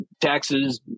taxes